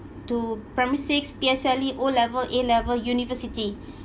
to primary six P_S_L_E O level A level university